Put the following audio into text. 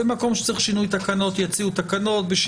במקום שצריך שינוי תקנות יציעו תקנות.